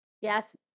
yes